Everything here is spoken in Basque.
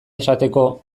esateko